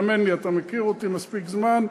האמן לי, אתה מכיר אותי מספיק זמן,